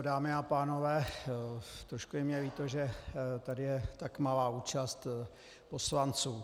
Dámy a pánové, trošku je mně líto, že tady je tak malá účast poslanců.